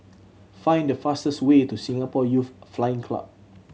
find the fastest way to Singapore Youth Flying Club